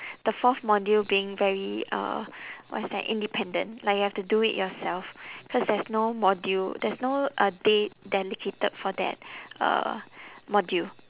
the fourth module being very uh what is that independent like you have to do it yourself cause there's no module there's no uh day dedicated for that uh module